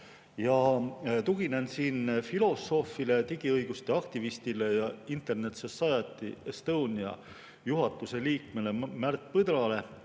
Tuginen filosoofile, digiõiguste aktivistile ja Internet Society Estonia juhatuse liikmele Märt Põdrale,